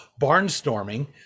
barnstorming